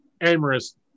amorous